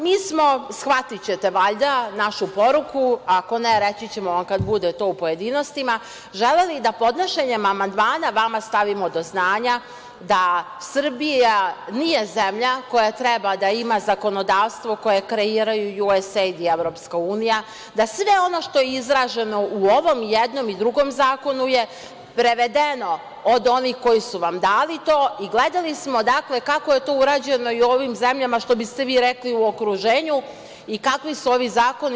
Mi smo, shvatićete valjda našu poruku, ako ne, reći ćemo vam kad bude to u pojedinostima, želeli da podnošenjem amandmana želeli da podnošenjem amandmana vama stavimo do znanja da Srbija nije zemlja koje treba da ima zakonodavstvo koje kreiraju USAID i EU, da sve ono što je izraženo u ovom jednom i drugom zakonu je prevedeno od onih koji su vam dali to i gledali smo kako je to urađeno i u ovim zemljama, što biste vi rekli, u okruženju i kakvi su ovi zakoni.